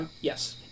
Yes